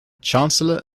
chancellor